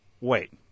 wait